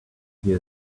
hear